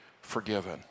forgiven